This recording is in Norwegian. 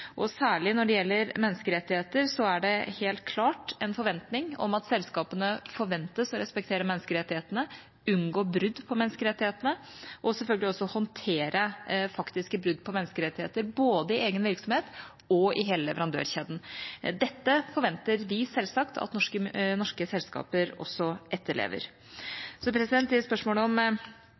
Særlig når det gjelder menneskerettigheter, er det helt klart en forventning om at selskapene skal respektere menneskerettighetene, unngå brudd på menneskerettighetene og selvfølgelig også håndtere faktiske brudd på menneskerettigheter, både i egen virksomhet og i hele leverandørkjeden. Dette forventer vi selvsagt at norske selskaper etterlever. Til spørsmålet om